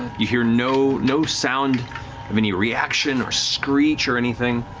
you hear no no sound of any reaction or screech or anything.